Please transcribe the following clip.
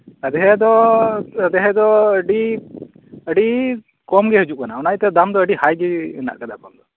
ᱟᱫᱷᱮ ᱫᱚ ᱟᱫᱷᱮ ᱫᱚ ᱟᱹᱰᱤ ᱟᱹᱰᱤ ᱠᱚᱢ ᱜᱮ ᱦᱤᱡᱩᱜ ᱠᱟᱱᱟ ᱚᱱᱟ ᱤᱭᱟᱹᱛᱮ ᱫᱟᱢ ᱫᱚ ᱟᱹᱰᱤ ᱦᱟᱭ ᱜᱮ ᱢᱮᱱᱟᱜ ᱠᱟᱫᱟ